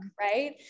right